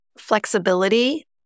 Flexibility